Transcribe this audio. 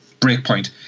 Breakpoint